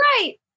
right